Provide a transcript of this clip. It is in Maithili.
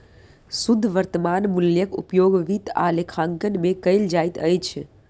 शुद्ध वर्त्तमान मूल्यक उपयोग वित्त आ लेखांकन में कयल जाइत अछि